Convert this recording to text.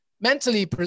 mentally